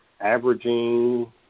averaging –